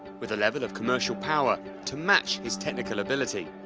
with a level of commercial power to match his technical ability.